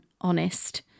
honest